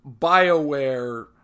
BioWare